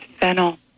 fennel